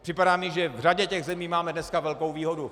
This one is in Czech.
Připadá mi, že v řadě těch zemí máme dneska velkou výhodu.